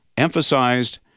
emphasized